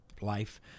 life